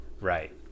Right